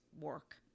work